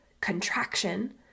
Contraction